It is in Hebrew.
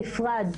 נכון.